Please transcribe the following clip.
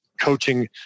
coaching